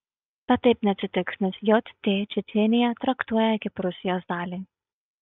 bet taip neatsitiks nes jt čečėniją traktuoja kaip rusijos dalį